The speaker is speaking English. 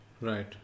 right